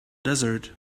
desert